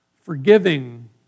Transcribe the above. Forgiving